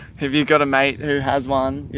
have you got a mate who has one?